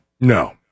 No